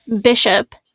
bishop